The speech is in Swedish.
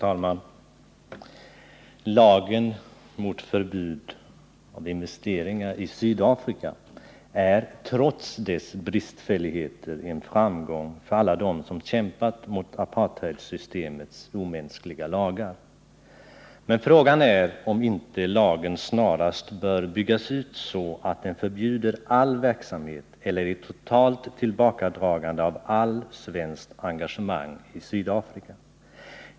Herr talman! Lagen om förbud mot investeringar i Sydafrika är trots sina bristfälligheter en framgång för alla dem som kämpat mot apartheidsystemets omänskliga lagar. Men frågan är om inte lagen snarast bör byggas ut så att den förbjuder all sådan verksamhet eller påbjuder ett totalt tillbakadragande av allt svenskt engagemang i Sydafrika.